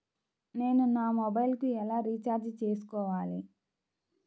నేను నా మొబైల్కు ఎలా రీఛార్జ్ చేసుకోవాలి?